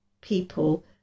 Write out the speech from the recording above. people